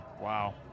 wow